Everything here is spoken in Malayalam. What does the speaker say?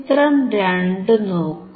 ചിത്രം രണ്ട് നോക്കൂ